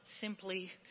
simply